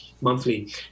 monthly